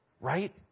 right